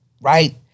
right